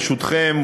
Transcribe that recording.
ברשותכם,